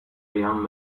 young